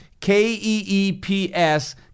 K-E-E-P-S